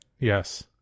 Yes